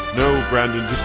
no, brandon.